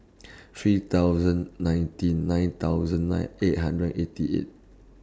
three thousand nineteen nine thousand nine eight hundred eighty eight